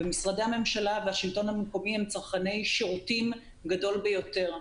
ומשרדי הממשלה והשלטון המקומי הם צרכני שירותים גדול ביותר.